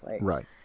Right